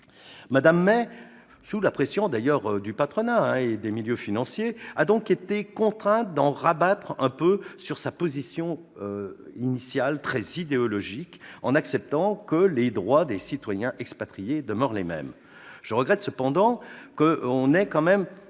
Mme May, sous la pression d'ailleurs du patronat et des milieux financiers, a donc été contrainte d'en rabattre un peu sur sa position initiale, très idéologique, et d'accepter que les droits des citoyens expatriés demeurent les mêmes. Je regrette cependant nos concessions